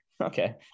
Okay